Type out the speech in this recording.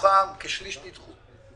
מתוכן כשליש נדחו.